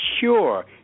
sure